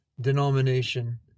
denomination